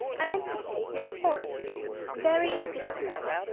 i meant to say he is horrid very disagreeable.